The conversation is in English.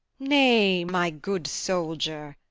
nay, my good soldier,